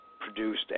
produced